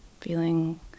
feeling